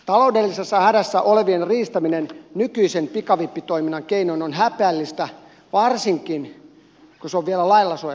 taloudellisessa hädässä olevien riistäminen nykyisen pikavippitoiminnan keinoin on häpeällistä varsinkin kun se on vielä lailla suojattua toimintaa